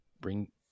bring